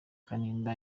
kanimba